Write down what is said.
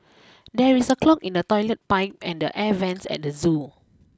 there is a clog in the toilet pipe and the air vents at the zoo